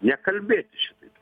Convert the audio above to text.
nekalbėti šitaip